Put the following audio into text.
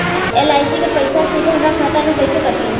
LIC के पईसा सीधे हमरा खाता से कइसे कटी?